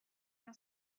una